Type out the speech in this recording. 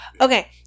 Okay